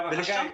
חגי,